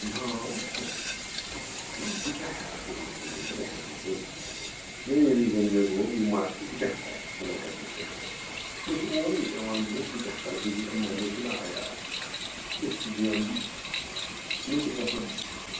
نا رۅپیس اہنوٗ بہٕ کیٛاہ ہٮ۪کہٕ کٔرِتھ بہٕ نے ہٮ۪کہٕ نہٕ کٔرتھٕے کیٚنٛہہ ییٚمے وِِزن مےٚ گوٚو یہِ مَسلہٕ بہٕ کیٛاہ کَرٕ بہٕ نَے ہٮ۪کہٕ نہٕ کٔرتھٕے مےٚ چھُ اورُے پٮ۪وان درٛۅگ بہٕ کیٛاہ کَرٕ بہٕ زینہٕ نا مےٚ چھُنا عیال مےٚ تہِ چھُ زینُن مےٚ تہِ گژھن